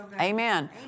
Amen